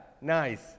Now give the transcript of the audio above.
Nice